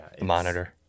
monitor